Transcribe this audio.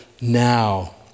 now